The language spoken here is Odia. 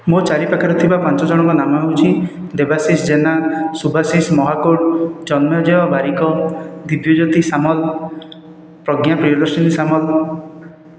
ମୋ ଚାରିପାଖରେ ଥିବା ପାଞ୍ଚଜଣଙ୍କ ନାମ ହେଉଛି ଦେବାଶିଷ ଜେନା ସୁଭାଶିଷ ମହାକୁଡ଼ ଜନ୍ମଞ୍ଜେୟ ବାରିକ ଦିବ୍ୟଜ୍ୟୋତି ସାମଲ ପ୍ରଜ୍ଞା ପ୍ରିୟଦର୍ଶନୀ ସାମଲ